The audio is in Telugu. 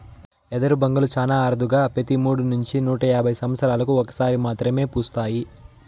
ఎదరు బొంగులు చానా అరుదుగా పెతి మూడు నుంచి నూట యాభై సమత్సరాలకు ఒక సారి మాత్రమే పూస్తాయి